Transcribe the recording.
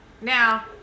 Now